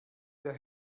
der